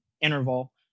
interval